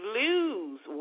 lose